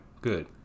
Good